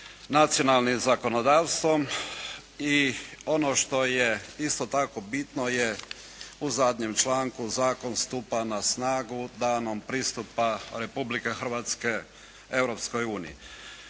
nacionalnim zakonodavstvom. I ono što je isto tako bitno je u zadnjem članku. Zakon stupa na snagu danom pristupa Republike Hrvatske